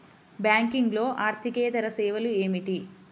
బ్యాంకింగ్లో అర్దికేతర సేవలు ఏమిటీ?